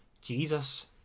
Jesus